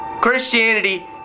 Christianity